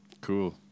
Cool